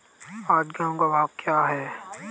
आज गेहूँ का भाव क्या है?